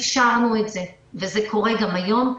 אפשרנו את זה וזה קורה גם היום.